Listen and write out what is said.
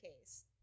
case